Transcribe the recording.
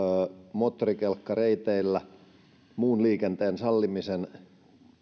moottorikelkkareiteillä muun liikenteen salliminen